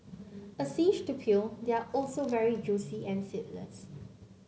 a cinch to peel they are also very juicy and seedless